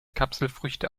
kapselfrüchte